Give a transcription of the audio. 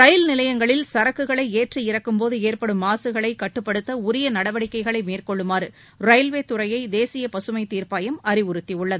ரயில் நிலையங்களில் சரக்குகளை ஏற்றி இறக்கும் போது ஏற்படும் மாசுகளை கட்டுப்படுத்த உரிய நடவடிக்கைகளை மேற்கொள்ளுமாறு ரயில்வே துறையை தேசிய பசுமை தீர்ப்பாயம் அறிவுறுத்தியுள்ளது